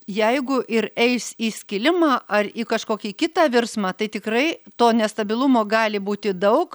jeigu ir eis į skilimą ar į kažkokį kitą virsmą tai tikrai to nestabilumo gali būti daug